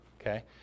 okay